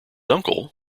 uncle